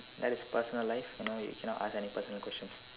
that is personal life you know you cannot ask any personal questions